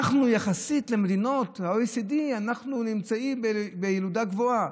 אנחנו יחסית למדינות ה-OECD, נמצאים בילודה גבוהה.